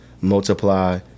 multiply